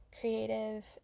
creative